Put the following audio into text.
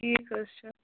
ٹھیٖک حظ چھُ